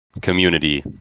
community